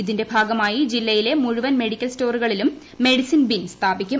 ഇതിന്റെ ഭാഗമായി ജില്ലയിലെ മുഴുവൻ മെഡിക്കൽ സ്റ്റോറുകളിലും മെഡിസിൻ ബിൻ സ്ഥാപിക്കും